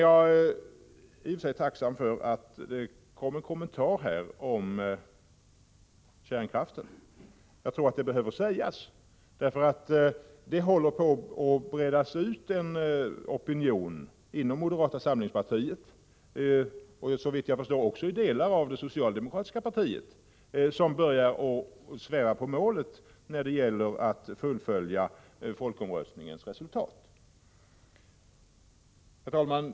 Jag är tacksam att det kom en kommentar till frågan om kärnkraft. Beskedet behövde lämnas, för det håller på att breda ut sig en opinion inom moderata samlingspartiet och, såvitt jag förstår, också inom delar av det socialdemokratiska partiet innebärande att man börjar sväva på målet när det gäller fullföljandet av folkomröstningens resultat. Herr talman!